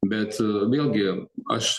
bet vėlgi aš